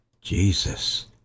Jesus